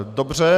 Dobře.